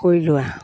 কৰিলো আৰু